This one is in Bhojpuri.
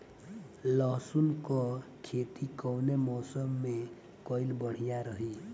लहसुन क खेती कवने मौसम में कइल बढ़िया रही?